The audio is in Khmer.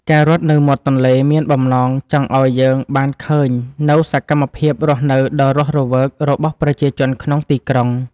ការរត់នៅមាត់ទន្លេមានបំណងចង់ឱ្យយើងបានឃើញនូវសកម្មភាពរស់នៅដ៏រស់រវើករបស់ប្រជាជនក្នុងទីក្រុង។